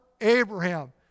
Abraham